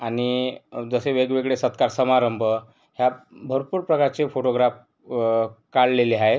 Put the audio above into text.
आणि जसे वेगवेगळे सत्कार समारंभ ह्यात भरपूर प्रकारचे फोटोग्राफ काढलेले आहे